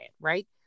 right